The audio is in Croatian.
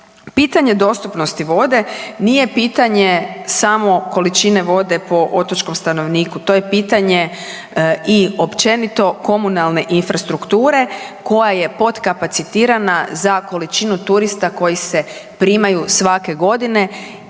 Pitanje dostupnosti vode nije pitanje samo količine vode po otočkom stanovniku, to je pitanje i općenito komunalne infrastrukture koja je potkapacitirana za količinu turista koji se primaju svake godine